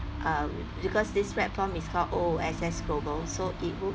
um because this platform is called o o s s global so it go